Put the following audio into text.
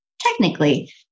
technically